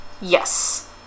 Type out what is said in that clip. Yes